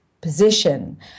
position